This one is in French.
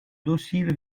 docile